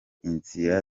inzira